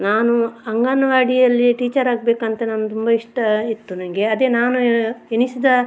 ನಾನು ಅಂಗನವಾಡಿಯಲ್ಲಿಯೆ ಟೀಚರಾಗ್ಬೇಕಂತ ನಾನು ತುಂಬ ಇಷ್ಟ ಇತ್ತು ನನಗೆ ಅದೆ ನಾನು ಎಣಿಸಿದ